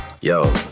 yo